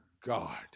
God